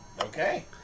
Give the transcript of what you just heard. Okay